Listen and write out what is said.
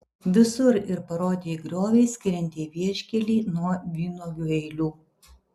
visur ir parodė į griovį skiriantį vieškelį nuo vynuogių eilių